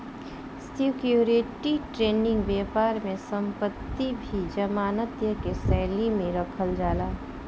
security trading बैपार में संपत्ति भी जमानत के शैली में रखल जाला